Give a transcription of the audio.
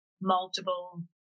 multiple